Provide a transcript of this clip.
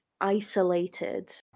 isolated